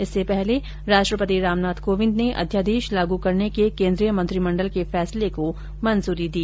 इससे पहले राष्ट्रपति रामनाथ कोविंद ने अध्यादेश लागु करने के केंद्रीय मंत्रिमंडल के फैसले को मंजूरी दी